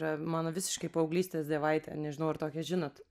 yra mano visiškai paauglystės dievaitė nežinau ar tokią žinot